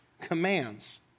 commands